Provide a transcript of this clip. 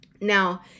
Now